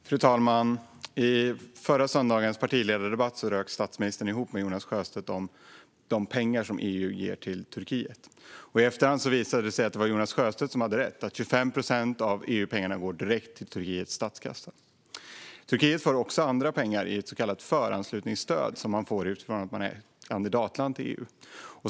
Fru talman! Under förra söndagens partiledardebatt rök statsministern ihop med Jonas Sjöstedt om de pengar som EU ger till Turkiet. I efterhand visade det sig att det var Jonas Sjöstedt som hade rätt: 25 procent av EUpengarna går direkt till Turkiets statskassa. Turkiet får också andra pengar i så kallat föranslutningsstöd, som man får för att man är kandidatland.